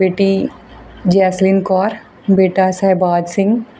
ਬੇਟੀ ਜੈਸਲੀਨ ਕੌਰ ਬੇਟਾ ਸਹਿਬਾਜ ਸਿੰਘ